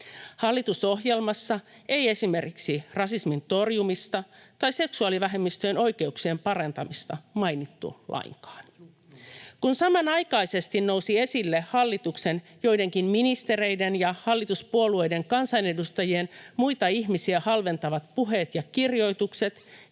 Hallitusohjelmassa ei esimerkiksi rasismin torjumista tai seksuaalivähemmistöjen oikeuksien parantamista mainittu lainkaan. Kun samanaikaisesti nousivat esille hallituksen joidenkin ministereiden ja hallituspuolueiden kansanedustajien muita ihmisiä halventavat puheet ja kirjoitukset,